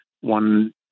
one